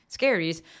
scaries